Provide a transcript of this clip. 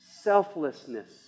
Selflessness